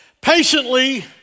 Patiently